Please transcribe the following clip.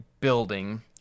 building